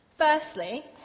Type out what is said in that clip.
Firstly